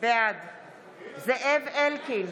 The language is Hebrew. בעד זאב אלקין,